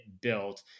built